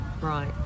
Right